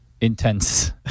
Intense